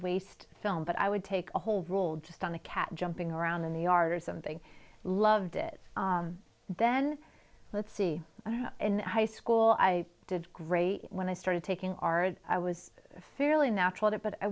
waste film but i would take a whole role just on the cat jumping around in the yard or something loved it then let's see in high school i did great when i started taking ours i was fairly natural that but i